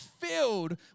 filled